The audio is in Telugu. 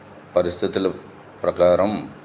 పరిస్థితులు ప్రకారం